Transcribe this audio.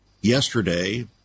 Yesterday